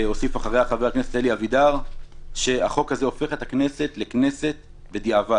הוסיף אחריה חבר הכנסת אלי אבידר שהחוק הזה הופך את הכנסת לכנסת בדיעבד.